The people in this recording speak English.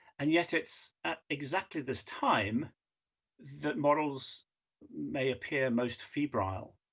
and yet, it's at exactly this time that models may appear most febrile,